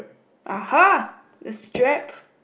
!aha! the strap